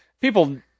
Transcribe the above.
people